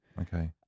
Okay